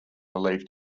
believed